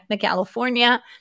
California